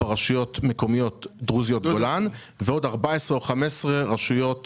4 רשויות מקומיות דרוזיות בגולן ועוד 14 או 15 רשויות